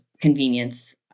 convenience